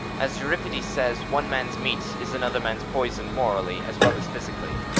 as euripides says, one man's meat is another man's poison morally as well as physically.